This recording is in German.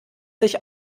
sich